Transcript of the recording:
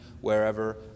wherever